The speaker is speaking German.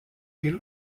till